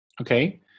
Okay